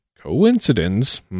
coincidence